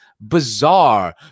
bizarre